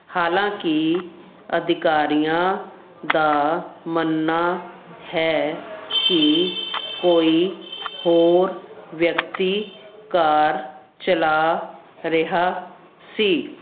ਹਾਲਾਂਕਿ ਅਧਿਕਾਰੀਆਂ ਦਾ ਮੰਨਣਾ ਹੈ ਕਿ ਕੋਈ ਹੋਰ ਵਿਅਕਤੀ ਕਾਰ ਚਲਾ ਰਿਹਾ ਸੀ